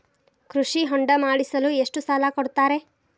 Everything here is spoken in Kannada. ಕೃಷಿ ಹೊಂಡ ಮಾಡಿಸಲು ಎಷ್ಟು ಸಾಲ ಕೊಡ್ತಾರೆ?